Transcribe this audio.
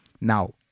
Now